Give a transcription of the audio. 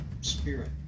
spirit